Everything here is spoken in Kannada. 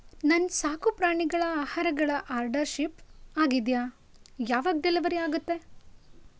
ನನ್ನ ಸಾಕುಪ್ರಾಣಿಗಳ ಆಹಾರಗಳ ಆರ್ಡರ್ ಶಿಪ್ ಆಗಿದೆಯಾ ಯಾವಾಗ ಡೆಲಿವರಿ ಆಗುತ್ತೆ